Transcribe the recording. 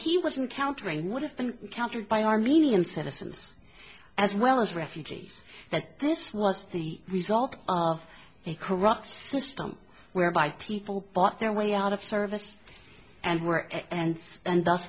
wasn't countering would have been countered by armenian citizens as well as refugees that this was the result of a corrupt system whereby people bought their way out of service and were and and th